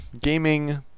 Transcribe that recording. gaming